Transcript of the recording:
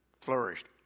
flourished